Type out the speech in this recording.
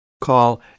Call